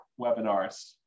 webinars